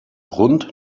rund